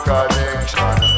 Connection